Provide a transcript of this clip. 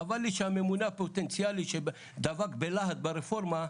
חבל לי שהממונה הפוטנציאלי שדבק בלהט ברפורמה,